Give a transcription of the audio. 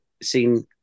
Seen